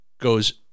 goes